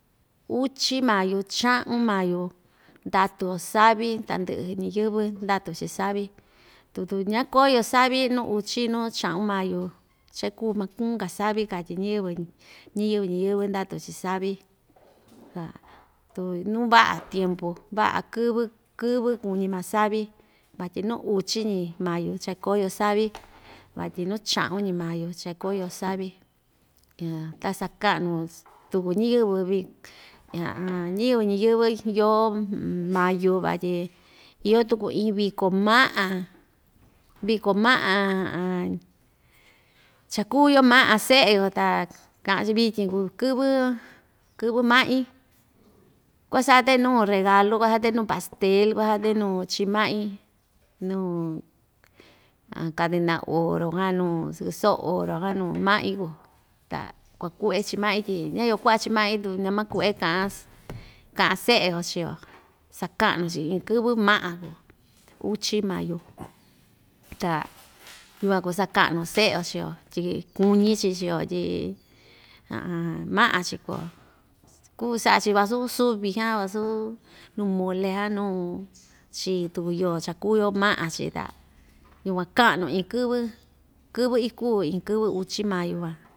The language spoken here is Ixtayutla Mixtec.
Uchi mayo chaꞌun mayu ndatu‑yo savi tandɨꞌɨ ñiyɨvɨ ndatu‑chi savi tutu ñaa koyo savi nuu uchi nuu chaꞌun mayu cha ikuu makun‑ka savi katyi ñiyɨvɨ, ñiyɨvɨ ñiyɨ́vɨ́ ndatu‑chi savi ta tuu nuu vaꞌa tiempu vaꞌa kɨvɨ kɨvɨ kuñi maa savi vatyi nuu uchi‑ñi mayu cha koyo savi vatyi nuu chaꞌun ñi mayu cha ikoyo savi ta sakaꞌnu tuku ñiyɨvɨ vik ñiyɨvɨ ñiyɨ́vɨ́ yoo mayu vatyi iyo tuku iin viko maꞌa viko maꞌa cha‑kuu‑yo maꞌa seꞌe‑yo ta kaꞌa‑chi vityin kuu kɨvɨ kɨvɨ maꞌin kuasate nuu regalu kuasate nuu pastel kuasate nuu chii maꞌin nuu cadena oro nuu sɨkɨ soꞌo oro nuu maꞌin kuu ta kuakuꞌve chi maꞌin tyi ñayoo kuaꞌa chii maꞌin tu naa makueꞌe kaꞌan ss kaꞌan seꞌe‑yo chii‑yo sakaꞌnu‑chi iin kɨvɨ maꞌa uchi mayu ta yukuan kuu sakaꞌnu seꞌe‑yo chii‑yo tyi kuñi‑chi chii‑yo tyi maꞌan‑chi k uu‑yo kuu saꞌa‑chi vasu suvi vasu nuu muli nuu chii tuku yoo cha kuu‑yo maꞌa‑chi ta yukuan kaꞌnu iin kɨvɨ kɨvɨ ikuu iin kɨvɨ uchi mayu van.